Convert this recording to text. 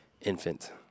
infant